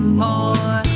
more